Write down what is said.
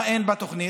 מה אין בתוכנית?